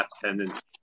tendencies